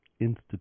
Institute